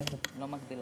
גבאי.